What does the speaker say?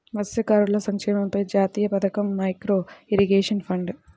మత్స్యకారుల సంక్షేమంపై జాతీయ పథకం, మైక్రో ఇరిగేషన్ ఫండ్